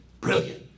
Brilliant